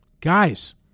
Guys